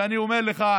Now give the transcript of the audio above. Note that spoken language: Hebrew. ואני אומר לך,